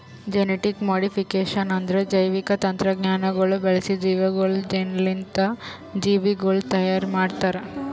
genetic modification ಅಂದುರ್ ಜೈವಿಕ ತಂತ್ರಜ್ಞಾನಗೊಳ್ ಬಳಸಿ ಜೀವಿಗೊಳ್ದು ಜೀನ್ಸ್ಲಿಂತ್ ಜೀವಿಗೊಳ್ ತೈಯಾರ್ ಮಾಡ್ತಾರ್